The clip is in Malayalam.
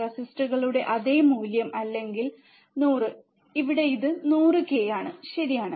റെസിസ്റ്ററുകളുടെ അതേ മൂല്യം അല്ലെങ്കിൽ 100 ഇവിടെ ഇത് 100k ആണ് ശരിയാണ്